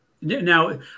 Now